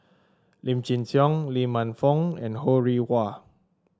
Lim Chin Siong Lee Man Fong and Ho Rih Hwa